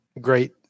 great